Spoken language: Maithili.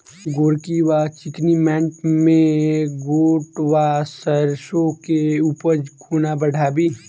गोरकी वा चिकनी मैंट मे गोट वा सैरसो केँ उपज कोना बढ़ाबी?